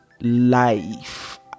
life